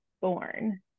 born